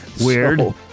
Weird